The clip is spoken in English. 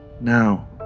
Now